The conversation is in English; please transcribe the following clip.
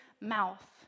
mouth